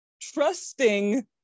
trusting